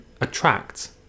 attract